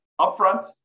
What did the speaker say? upfront